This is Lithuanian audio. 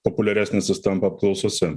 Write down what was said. populiaresnis jis tampa apklausose